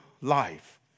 life